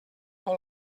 tot